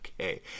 okay